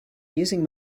using